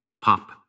Pop